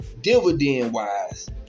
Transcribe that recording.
dividend-wise